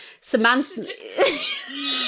Samantha